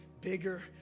bigger